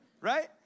right